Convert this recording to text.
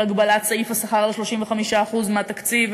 של הגבלת סעיף השכר ל-35% מהתקציב,